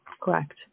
Correct